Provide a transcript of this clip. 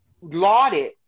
lauded